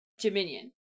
Dominion